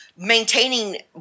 maintaining